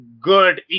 good